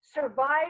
survive